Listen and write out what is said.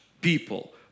people